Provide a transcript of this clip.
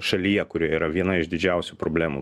šalyje kurioje yra viena iš didžiausių problemų